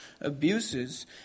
abuses